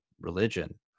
religion